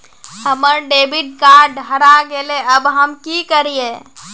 हमर debit card हरा गेले अब हम की करिये?